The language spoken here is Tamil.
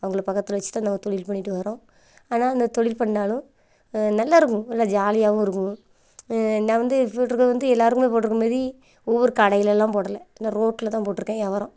அவங்களை பக்கத்தில் வச்சுட்டு தான் நாங்கள் தொழில் பண்ணிட்டு வரோம் ஆனால் அந்த தொழில் பண்ணாலும் நல்லா இருக்கும் நல்லா ஜாலியாகவும் இருக்கும் நான் வந்து போட்டுருக்க வந்து எல்லோருக்குமே போட்டுருக்க மாதிரி ஒவ்வொரு கடைலெலாம் போடலை நான் ரோட்டில் தான் போட்டுருக்கேன் வியாபாரம்